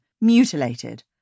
mutilated